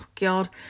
god